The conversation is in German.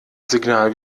signal